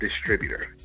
Distributor